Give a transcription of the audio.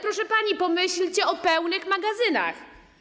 Proszę pani, pomyślcie o pełnym magazynach.